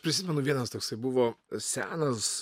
prisimenu vienas toksai buvo senas